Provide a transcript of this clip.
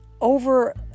over